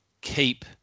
keep